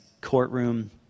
courtroom